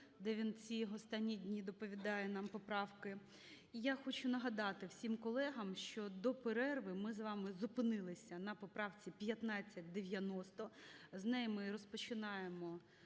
де він ці останні дні доповідає нам поправки. І я хочу нагадати всім колегам, що до перерви ми з вами зупинилися на поправці 1590. З неї ми і розпочинаємо